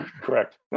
Correct